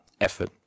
effort